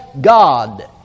God